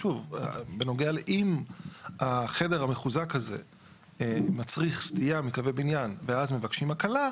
אם החדר המחוזק הזה מצריך סטייה מקווי בניין ואז מבקשים הקלה,